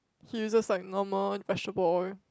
he uses like normal vegetable oil